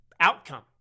outcome